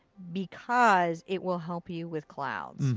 because it will help you with clouds.